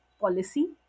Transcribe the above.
policy